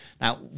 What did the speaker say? now